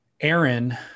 Aaron